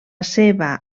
seva